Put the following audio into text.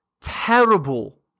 terrible